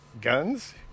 guns